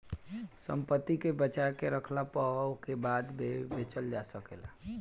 संपत्ति के बचा के रखला पअ ओके बाद में बेचल जा सकेला